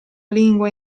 lingua